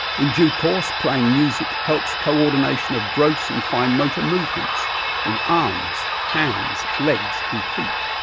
in due course playing music helps co-ordination of gross and fine motor movements in arms, hands, legs and feet.